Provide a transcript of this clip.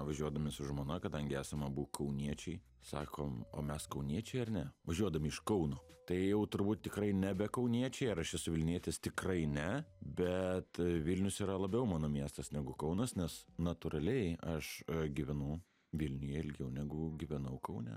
važiuodami su žmona kadangi esam abu kauniečiai sakom o mes kauniečiai ar ne važiuodami iš kauno tai jau turbūt tikrai nebe kauniečiai ar aš esu vilnietis tikrai ne bet vilnius yra labiau mano miestas negu kaunas nes natūraliai aš gyvenu vilniuje ilgiau negu gyvenau kaune